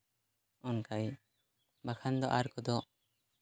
ᱚᱱᱠᱟᱜᱮ ᱵᱟᱝᱠᱷᱟᱱ ᱫᱚ ᱟᱨ ᱠᱚᱫᱚ